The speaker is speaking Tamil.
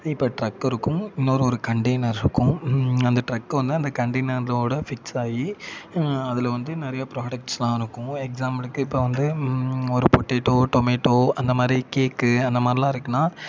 இப்போ டிரக்கு இருக்கும் இன்னோரு ஒரு கன்டெய்னர் இருக்கும் அந்த டிரக்கு வந்து அந்த கன்டெய்னரோட ஃபிக்ஸ் ஆகி அதில் வந்து நிறைய ப்ராடக்ட்ஸ்லாம் இருக்கும் எக்சாம்புலுக்கு இப்போ வந்து ஒரு பொட்டேட்டோ டொமேட்டோ அந்த மாதிரி கேக்கு அந்த மாதிரில்லாம் இருக்குன்னால்